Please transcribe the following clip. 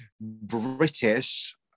British